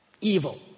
Evil